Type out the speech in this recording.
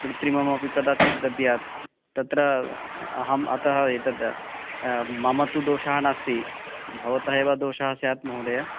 कृत्रिममपि कदाचित् दद्यात् तत्र अहम् अतः एतद् मम तु दोषः नास्ति भवतः एव दोषः स्यात् महोदय